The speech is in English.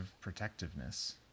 protectiveness